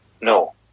No